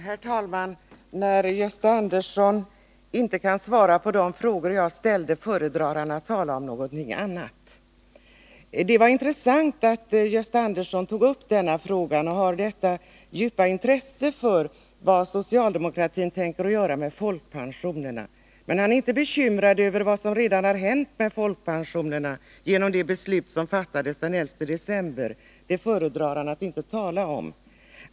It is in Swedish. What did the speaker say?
Herr talman! När Gösta Andersson inte kan svara på de frågor jag ställt föredrar han att tala om någonting annat. Det var intressant att Gösta Andersson tog upp denna fråga och att han har detta djupa intresse för vad socialdemokratin tänker göra med folkpensionerna. Men han är inte bekymrad över vad som redan har hänt med folkpensionerna genom det beslut som fattades den 11 december i fjol. Det föredrar han att inte tala om.